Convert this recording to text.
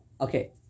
Okay